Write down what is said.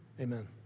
amen